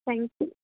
thank you